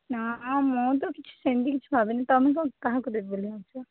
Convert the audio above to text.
ନା ମୁଁ ତ କିଛି ସେମିତି କିଛି ଭାବିନି ତୁମେ କ କାହାକୁ ଦେବ ବୋଲି ଭାବିଛ